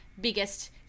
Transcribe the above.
biggest